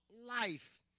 life